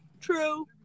true